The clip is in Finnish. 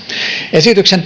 esityksen